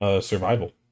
survival